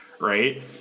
Right